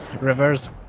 reverse